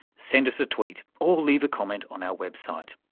send us a tweet or leave a comment on our website.